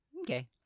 Okay